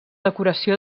decoració